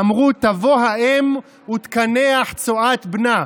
אמרו: תבוא האם ותקנח צואת בנה.